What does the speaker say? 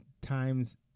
times